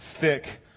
thick